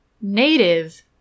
Native